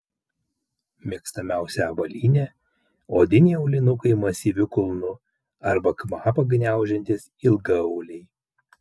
mėgstamiausia avalynė odiniai aulinukai masyviu kulnu arba kvapą gniaužiantys ilgaauliai